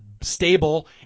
stable